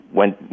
went